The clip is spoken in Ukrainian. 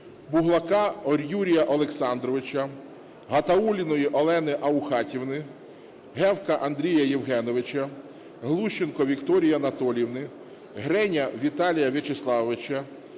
Буглака Юрія Олександровича, Гатаулліну Олену Аухатівну, Гевка Андрія Євгеновича, Глущенко Вікторію Анатоліївну, Греня Віталія Вячеславовича,